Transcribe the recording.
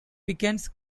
pickens